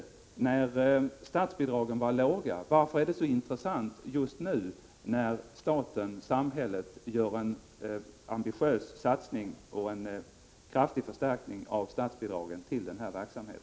1985 13 februari 1986 samhället gör en ambitiös satsning på en kraftig förstärkning av statsbidragen : till denna verksamhet?